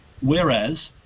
Whereas